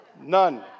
None